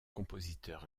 compositeur